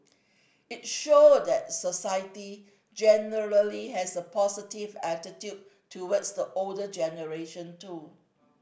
it showed that society generally has a positive attitude towards the older generation too